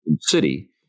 city